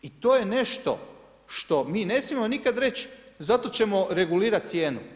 I to je nešto što mi ne smijemo nikada reći, zato ćemo regulirati cijenu.